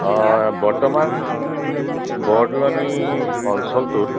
অঁ বৰ্তমান বৰদলনি অঞ্চলটোত